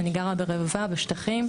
אני גרה ברבבה שבשטחים.